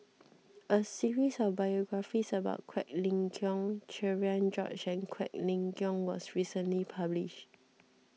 a series of biographies about Quek Ling Kiong Cherian George and Quek Ling Kiong was recently published